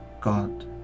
god